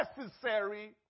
necessary